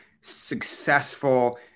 successful